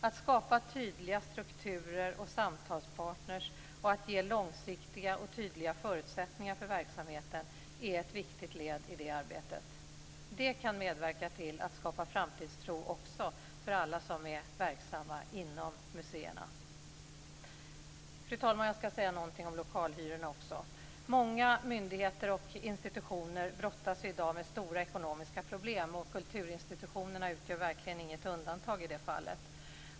Att skapa tydliga strukturer och samtalspartner och ge långsiktiga och tydliga förutsättningar för verksamheten är viktiga led i det arbetet. Det kan medverka till att skapa framtidstro också för alla som är verksamma inom museerna. Fru talman! Jag skall säga något om lokalhyrorna också. Många myndigheter och institutioner brottas i dag med stora ekonomiska problem, och kulturinstitutionerna utgör verkligen inget undantag i det fallet.